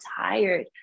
tired